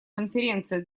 конференция